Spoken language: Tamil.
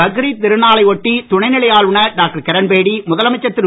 பக்ரீத் திருநாளை ஒட்டி துணைநிலை ஆளுநர் டாக்டர் கிரண்பேடி முதலமைச்சர் திரு